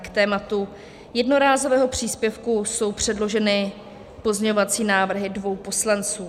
K tématu jednorázového příspěvku jsou předloženy pozměňovací návrhy dvou poslanců.